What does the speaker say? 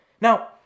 Now